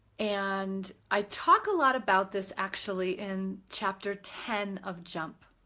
and i talked a lot about this actually in chapter ten of jump,